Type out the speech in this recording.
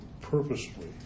purposefully